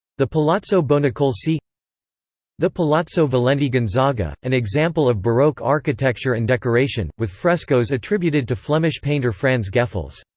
the palazzo bonacolsi the palazzo valenti gonzaga, an example of baroque architecture and decoration, with frescoes attributed to flemish painter frans geffels.